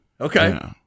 Okay